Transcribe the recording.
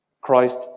Christ